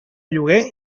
lloguer